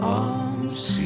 arms